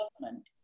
government